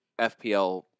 FPL